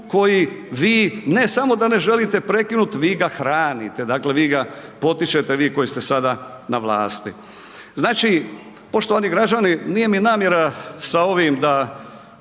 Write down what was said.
koji vi ne samo da ne želite prekinuti, vi ga hranite, dakle vi ga potičete dakle vi koji ste sada na vlasti. Znači, poštovani građani nije mi namjera sa ovim znači